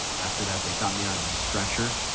after that, they got me onto the stretcher,